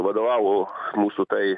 vadovavo mūsų tai